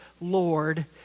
Lord